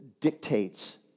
dictates